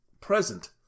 present